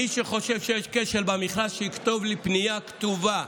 מי שחושב שיש כשל במכרז, שיכתוב לי, פנייה כתובה.